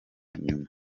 nyuma